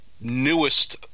newest